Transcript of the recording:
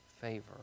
favor